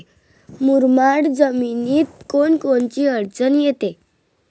मुरमाड जमीनीत कोनकोनची अडचन येते?